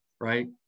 Right